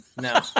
No